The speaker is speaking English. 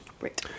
Right